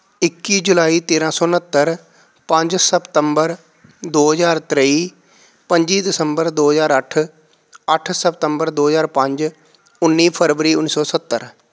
ਇੱਕੀ ਜੁਲਾਈ ਤੇਰ੍ਹਾਂ ਸੌ ਉਣਹੱਤਰ ਪੰਜ ਸਪਤੰਬਰ ਦੋ ਹਜ਼ਾਰ ਤੇਈ ਪੰਜੀ ਦਸੰਬਰ ਦੋ ਹਜ਼ਾਰ ਅੱਠ ਅੱਠ ਸਤੰਬਰ ਦੋ ਹਜ਼ਾਰ ਪੰਜ ਉੱਨੀ ਫਰਵਰੀ ਉੱਨੀ ਸੌ ਸੱਤਰ